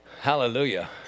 Hallelujah